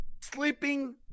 sleeping